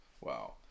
wow